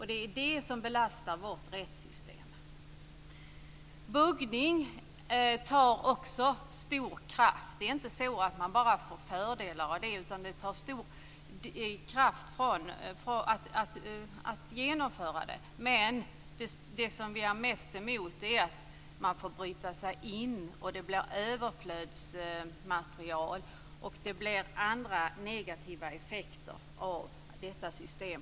Det är det som belastar vårt rättssystem. Buggning tar också stor kraft. Det ger inte bara fördelar, utan det tar stor kraft att genomföra det. Det som vi har mest emot är att man får bryta sig in och att det blir överflödsmaterial och andra negativa effekter av detta system.